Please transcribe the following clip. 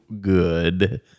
good